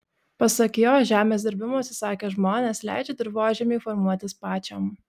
pasak jo žemės dirbimo atsisakę žmonės leidžia dirvožemiui formuotis pačiam